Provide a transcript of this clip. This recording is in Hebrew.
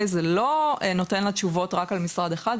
זה לא נותן לה תשובות רק על משרד אחד,